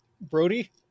Brody